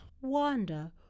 Wanda